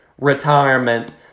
retirement